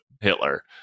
Hitler